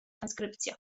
transkrypcja